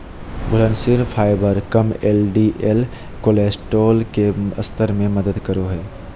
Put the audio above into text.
घुलनशील फाइबर कम LDL cholesterol के स्तर में मदद करो हइ